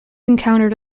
encountered